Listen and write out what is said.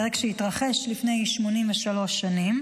פרק שהתרחש לפני 83 שנים,